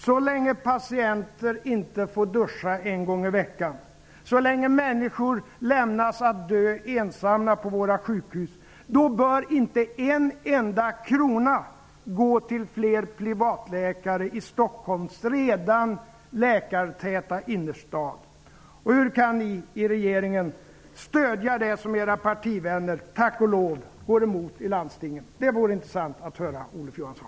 Så länge patienter inte får duscha en gång i veckan, så länge människor lämnas att dö ensamma på våra sjukhus, bör inte en enda krona gå till fler privatläkare i Stockholms redan läkartäta innerstad. Hur kan ni i regeringen stödja det som era partivänner i landstingen tack och lov går emot? Det vore intressant att höra, Olof Johansson.